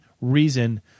reason